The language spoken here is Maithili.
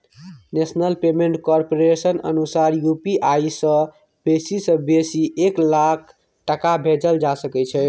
नेशनल पेमेन्ट कारपोरेशनक अनुसार यु.पी.आइ सँ बेसी सँ बेसी एक लाख टका भेजल जा सकै छै